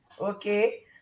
okay